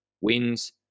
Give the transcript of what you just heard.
wins